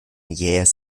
jähes